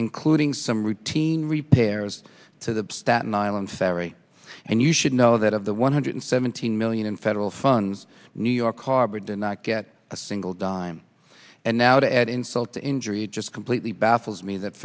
including some routine repairs to the staten island ferry and you should know that of the one hundred seventeen million in federal funds new york harbor did not get a single dime and now to add insult to injury just completely baffles me that